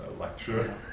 lecture